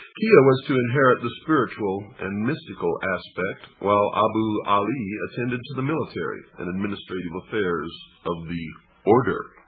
kia was to inherit the spiritual and mystical aspect, while abuali attended to the military and administrative affairs of the order.